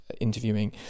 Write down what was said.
interviewing